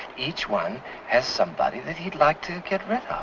each one has somebody that he'd like to get up